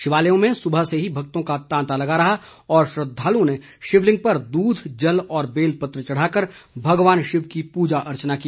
शिवालयों में सुबह से ही भक्तों का तांता लगा रहा और श्रद्वालुओं ने शिवलिंग पर दूध जल और बेल पत्र चढ़ाकर भगवान शिव की प्रजा अर्चना की